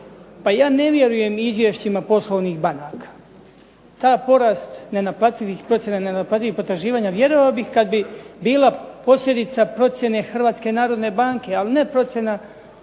Pa ja ne vjerujem izvješćima poslovnih banaka, ta porast nenaplativih potraživanja vjerovao bih kada bi bila posljedica procjene Hrvatske narodne banke, a ne procjena